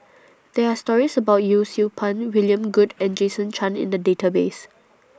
There Are stories about Yee Siew Pun William Goode and Jason Chan in The Database